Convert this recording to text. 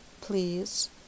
Please